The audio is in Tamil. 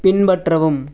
பின்பற்றவும்